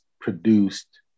produced